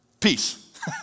Peace